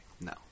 No